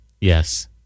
Yes